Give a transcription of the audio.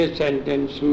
sentence